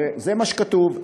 זה מה שכתוב.